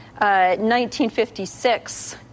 1956